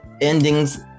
endings